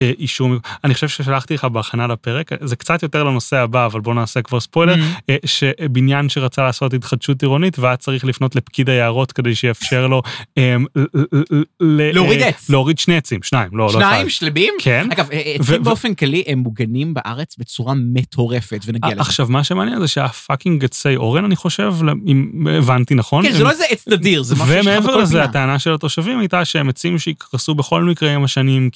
אישום אני חושב ששלחתי לך בהכנה לפרק זה קצת יותר לנושא הבא אבל בוא נעשה כבר ספוילר שבניין שרצה לעשות התחדשות עירונית והיה צריך לפנות לפקיד היערות כדי שיאפשר לו להוריד שני עצים שניים לא שניים שלמים כן באופן כללי הם מוגנים בארץ בצורה מטורפת עכשיו מה שמעניין זה שהפאקינג עצי אורן אני חושב אם הבנתי נכון. הטענה של התושבים הייתה שהם עצים שיקרסו בכל מקרה עם השנים.